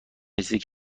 رسیده